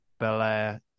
bel-air